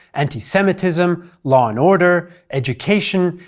anti-semitism, law and order, education,